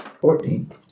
Fourteen